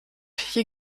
hier